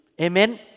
Amen